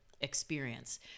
experience